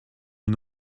une